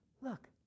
look